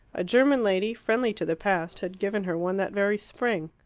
a german lady, friendly to the past, had given her one that very spring.